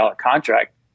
contract